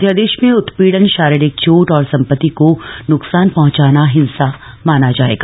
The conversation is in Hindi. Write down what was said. अध्यादेश में उत्पीडन शारीरिक चोट और संपत्ति को नुकसान पहंचाना हिंसा माना जाएगा